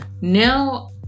Now